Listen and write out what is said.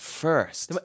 first